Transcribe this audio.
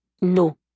No